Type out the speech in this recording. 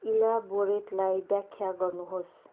इलाबोरेटलाई व्याख्या गर्नुहोस्